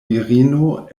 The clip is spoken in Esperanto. virino